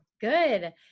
Good